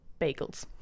bagels